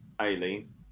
Aileen